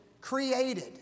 created